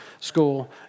school